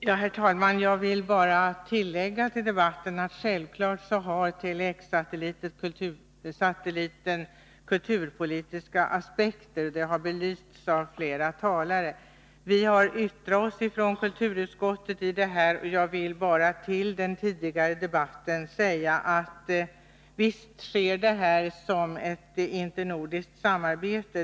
Herr talman! Jag vill bara tillägga till debatten att självfallet har Tele-X-satelliten kulturpolitiska aspekter. Det har belysts av flera talare. Kulturutskottet har yttrat sig i ärendet, och jag vill till den tidigare debatten säga att visst genomförs projektet som ett internordiskt samarbete.